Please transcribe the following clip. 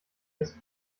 als